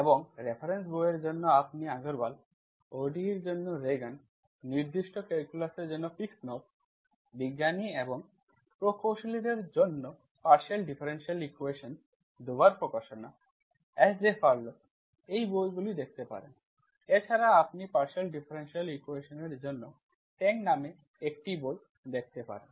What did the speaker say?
এবং রেফারেন্স বইয়ের জন্য আপনি আগরওয়াল ODE এর জন্য ওরেগান নির্দিষ্ট ক্যালকুলাস এর জন্য Piskunov বিজ্ঞানী এবং প্রকৌশলীদের জন্য পার্শিয়াল ডিফারেনশিয়াল ইকুয়েশন্স Dover প্রকাশনা SJ Farlow এই বইগুলো দেখতে পারেন এছাড়াও আপনি পার্শিয়াল ডিফারেনশিয়াল ইকুয়েশনের জন্য Tang নামে একটি বই দেখতে পারেন